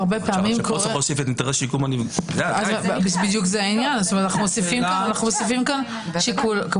צריך להוסיף את אינטרס- -- אנו מוסיפים פה שיקול.